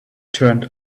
turned